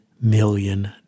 million